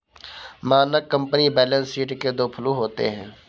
मानक company balance sheet के दो फ्लू होते हैं